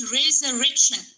resurrection